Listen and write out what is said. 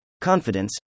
confidence